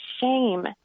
shame